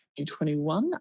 2021